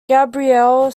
gabrielle